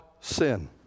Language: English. sin